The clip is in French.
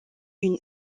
une